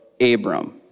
Abram